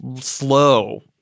slow